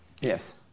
Yes